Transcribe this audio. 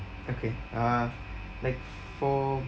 okay uh like f~ for